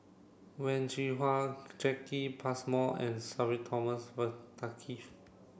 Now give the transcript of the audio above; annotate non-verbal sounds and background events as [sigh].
Wen Jinhua Jacki Passmore and Sudhir Thomas [unintelligible]